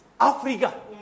Africa